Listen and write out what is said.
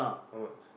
how much